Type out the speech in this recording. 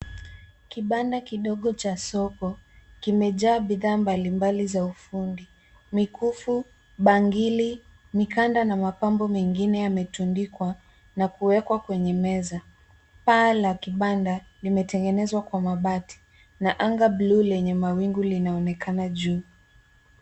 Kibanda kidogo cha soko, kimejaa bidhaa mbali mbali za ufundi. Mikufu, bangili, mikanda, na mapambo mengine yametundikwa, na kuekwa kwenye meza. Paa la kibanda limetengenezwa kwa mabati, na anga blue lenye mawingu linaonekana juu.